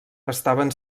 estaven